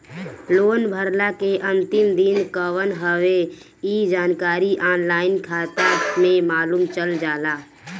loan भरला के अंतिम दिन कवन हवे इ जानकारी ऑनलाइन खाता में मालुम चल जाला